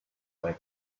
egg